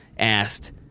asked